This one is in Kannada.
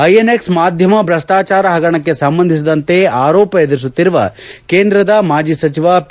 ಐಎನ್ಎಕ್ಟ್ ಮಾಧ್ಯಮ ಭ್ರಷ್ವಾಚಾರ ಹಗರಣಕ್ಕೆ ಸಂಬಂಧಿಸಿದಂತೆ ಆರೋಪ ಎದುರಿಸುತ್ತಿರುವ ಕೇಂದ್ರದ ಮಾಜಿ ಸಚಿವ ಪಿ